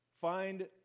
find